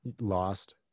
lost